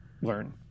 learn